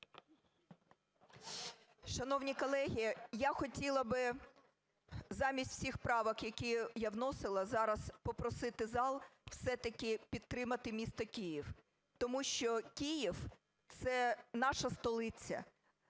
Шановні колеги, я хотіла би замість всіх правок, які я вносила зараз, попросити зал все-таки підтримати місто Київ. Тому що Київ – це наша столиця,